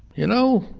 you know,